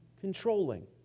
controlling